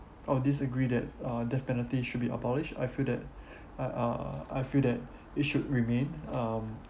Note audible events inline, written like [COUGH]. I would disagree that uh death penalty should be abolished I feel that [BREATH] uh I feel that [BREATH] it should remain um